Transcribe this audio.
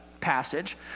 passage